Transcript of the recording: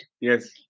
Yes